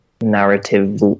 narrative